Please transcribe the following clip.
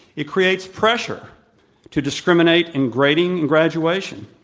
it creates pressure to discriminate in grading and graduation.